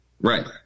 Right